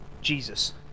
Jesus